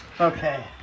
Okay